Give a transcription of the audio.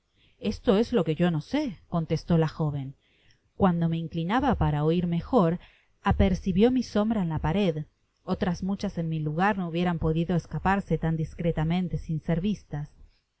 esto es lo que yo no sé contestó la jovencuando me inclinaba para oir mejor apercibió mi sombra en la pared otras muchas en mi lugar no hubieran podido escaparse tan diestramente sin ser vistas